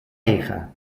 hija